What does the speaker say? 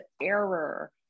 error